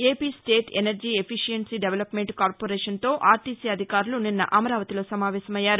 AP state energy efficiency development కార్పొరేషన్తో ఆర్లీసీ అధికారులు నిన్న అమరావతిలో సమావేశమయ్యారు